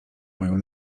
moją